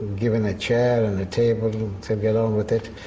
given a chair and table to get on with it,